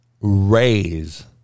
raise